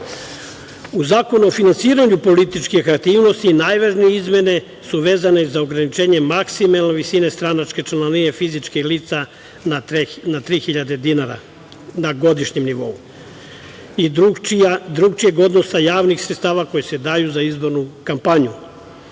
Zakonu o finansiranju političkih aktivnosti najvažnije izmene su vezane za ograničenje maksimalne visine stranačke članarine fizičkih lica na 3.000 dinara na godišnjem nivou i drukčijeg odnosa javnih sredstava koji se daju za izbornu kampanju,